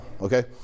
Okay